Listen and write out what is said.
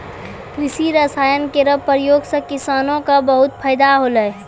कृषि रसायन केरो प्रयोग सँ किसानो क बहुत फैदा होलै